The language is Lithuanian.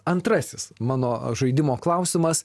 antrasis mano žaidimo klausimas